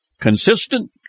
consistent